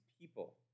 people